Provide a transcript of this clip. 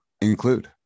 include